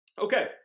okay